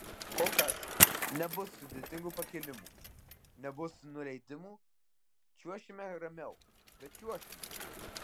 kol kas nebus sudėtingų pakėlimų nebus nuleidimų čiuošime ramiau bet čiuošime